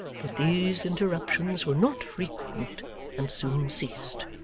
but these interruptions were not frequent and soon ceased.